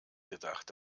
gedacht